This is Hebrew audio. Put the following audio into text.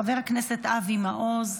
חבר הכנסת אבי מעוז,